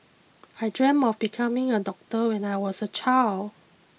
I dreamt of becoming a doctor when I was a child